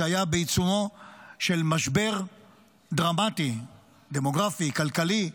זה היה בעיצומו של משבר דרמטי, דמוגרפי, כלכלי,